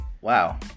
Wow